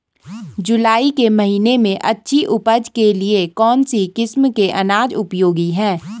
जुलाई के महीने में अच्छी उपज के लिए कौन सी किस्म के अनाज उपयोगी हैं?